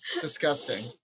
Disgusting